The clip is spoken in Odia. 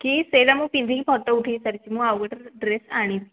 କି ସେଟା ମୁଁ ପିନ୍ଧିକି ଫଟୋ ଉଠେଇ ସାରିଛି ମୁଁ ଆଉ ଗୋଟେ ଡ୍ରେସ୍ ଆଣିବି